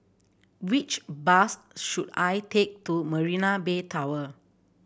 which bus should I take to Marina Bay Tower